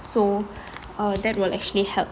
so uh that will actually help